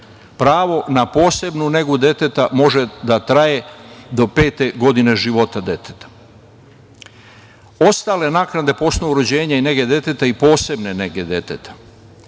Pravo na posebnu negu deteta može da traje do pete godine života deteta. Ostale naknade po osnovu rođenja i nege deteta i posebne nege deteta.